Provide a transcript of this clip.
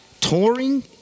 touring